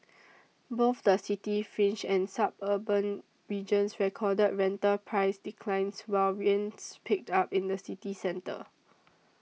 both the city fringe and suburban regions recorded rental price declines while rents picked up in the city centre